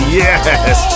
yes